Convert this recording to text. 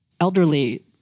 elderly